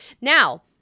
Now